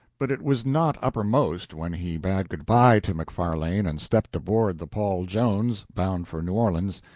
but it was not uppermost when he bade good-by to macfarlane and stepped aboard the paul jones, bound for new orleans,